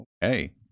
hey